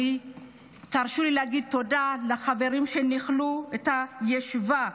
תרשו לי להגיד תודה לחברים שניהלו את הישיבה,